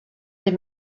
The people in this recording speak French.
des